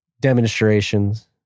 demonstrations